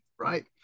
right